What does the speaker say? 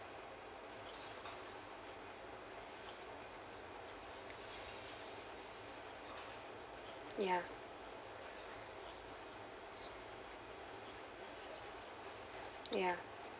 ya ya